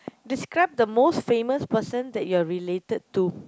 describe the most famous person that you are related to